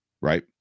Right